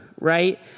right